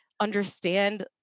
understand